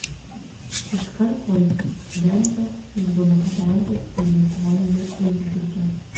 iškart po incidento jis buvo nugabentas į ligoninę insbruke